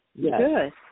Good